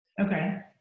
Okay